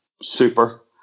Super